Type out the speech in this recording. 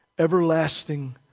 Everlasting